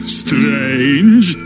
strange